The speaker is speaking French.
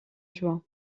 joie